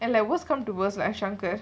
and like worst come to worst like shanker